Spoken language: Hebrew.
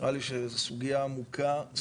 נראה לי שזו סוגיה עמוקה,